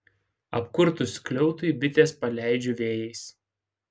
apkurtus skliautui bites paleidžiu vėjais